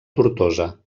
tortosa